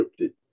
scripted